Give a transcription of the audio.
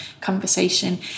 conversation